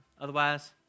Otherwise